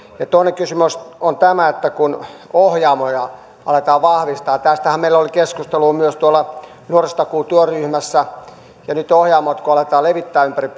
toinen kysymys on että kun ohjaamoja aletaan vahvistamaan tästähän meillä oli keskustelua myös nuorisotakuutyöryhmässä ja nyt kun ohjaamoita aletaan levittämään ympäri